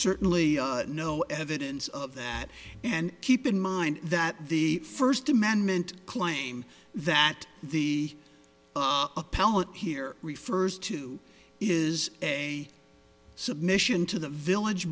certainly no evidence of that and keep in mind that the first amendment claim that the appellate here refers to is a submission to the village